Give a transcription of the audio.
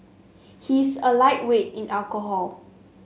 he is a lightweight in alcohol